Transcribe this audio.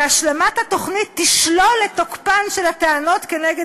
שהשלמת התוכנית תשלול את תוקפן של הטענות כנגד